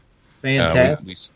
Fantastic